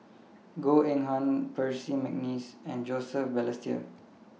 Goh Eng Han Percy Mcneice and Joseph Balestier